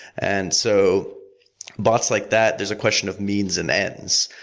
and so bots like that, there's a question of means and ends.